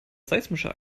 seismischer